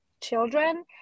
children